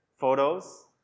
photos